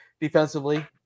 Defensively